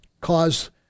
cause